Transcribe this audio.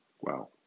Wow